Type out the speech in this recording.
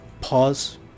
pause